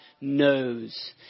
knows